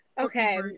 Okay